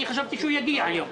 אני חשבתי שהוא יגיע היום.